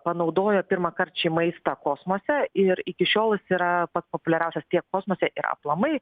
panaudojo pirmąkart šį maistą kosmose ir iki šiol jis yrapats populiariausias tiek kosmose ir aplamai